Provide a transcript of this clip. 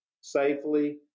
safely